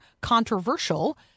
controversial